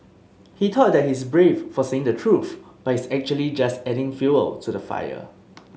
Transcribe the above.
he thought that he's brave for saying the truth but he's actually just adding fuel to the fire